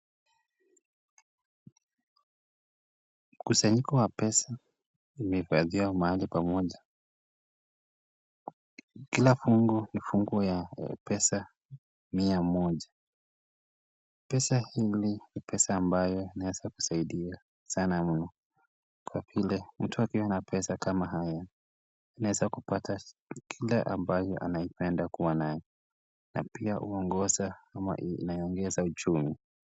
Mkusanyiko wa pesa umehifadhiwa mahali pamoja, kila fungu ni fungu ya pesa mia moja, pesa hili ni pesa ambayo inaweza kusaidia sana mno, kwa vile mtu akiwa na pesa kama haya, anaweza kupata kinga ambayo anapenda kuwa nayo, na pia inaongoza ama inaongoza uchumi.